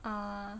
err